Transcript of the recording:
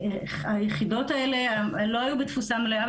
היחידות האלה לא היו בתפוסה מלאה,